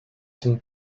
zum